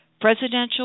presidential